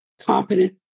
competent